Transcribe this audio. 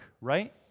right